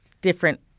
different